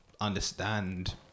understand